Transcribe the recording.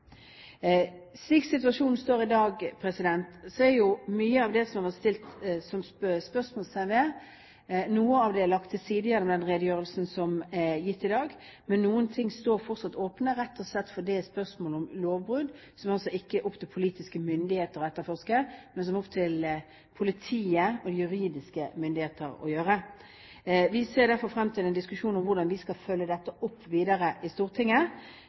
Slik situasjonen er i dag, er jo mye av det som det er stilt spørsmål ved, lagt til side i den redegjørelsen som er gitt i dag, men noe står fortsatt åpent, rett og slett fordi det er spørsmål om lovbrudd, som det ikke er opp til politiske myndigheter å etterforske, men som det er opp til politiet og juridiske myndigheter å etterforske. Vi ser derfor frem til en diskusjon om hvordan vi skal følge dette opp videre i Stortinget.